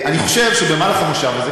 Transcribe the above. אני חושב שבמהלך המושב הזה,